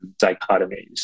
dichotomies